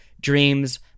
dreams